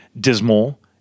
Dismal